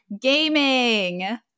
gaming